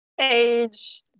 age